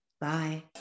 bye